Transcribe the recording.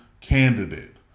candidate